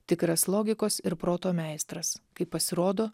tikras logikos ir proto meistras kaip pasirodo